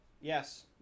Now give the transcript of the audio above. Yes